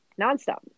Nonstop